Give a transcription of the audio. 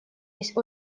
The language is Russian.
есть